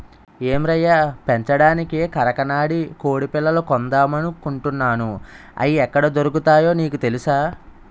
ఏం రయ్యా పెంచడానికి కరకనాడి కొడిపిల్లలు కొందామనుకుంటున్నాను, అయి ఎక్కడ దొరుకుతాయో నీకు తెలుసా?